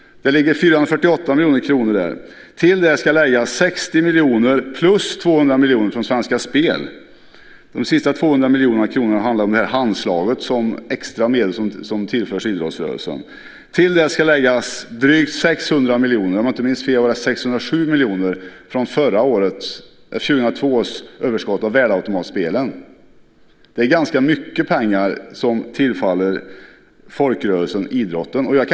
Det ligger 448 miljoner kronor där. Därtill kommer 60 miljoner plus 200 miljoner från Svenska Spel - de 200 miljonerna består av "handslaget" om extra medel till idrottsrörelsen. Till det ska läggas drygt 600 miljoner, om jag inte minns fel var det 607 miljoner, från 2002 års överskott av värdeautomatspelen. Det är alltså ganska mycket pengar som tillfaller folkrörelsen idrotten.